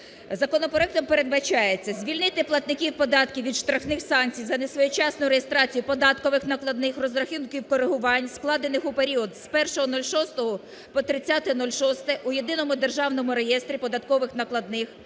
Законопроектом передбачається звільнити платників податків від штрафних санкцій за несвоєчасну реєстрацію податкових накладних, розрахунків коригувань, складених у період з 01.06 по 30.06 у єдиному державному реєстрі податкових накладних,